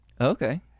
Okay